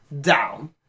down